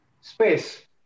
space